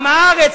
עם הארץ,